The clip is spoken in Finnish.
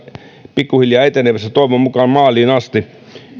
pikkuhiljaa etenemässä toivon mukaan maaliin asti